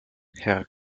herr